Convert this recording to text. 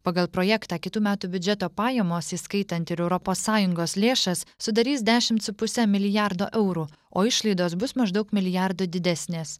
pagal projektą kitų metų biudžeto pajamos įskaitant ir europos sąjungos lėšas sudarys dešimt su puse milijardo eurų o išlaidos bus maždaug milijardu didesnės